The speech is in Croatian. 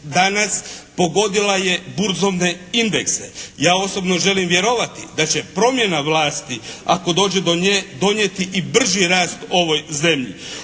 danas pogodila je burzovne indekse. Ja osobno želim vjerovati da će promjena vlasti ako dođe do nje donijeti i brži rast ovoj zemlji.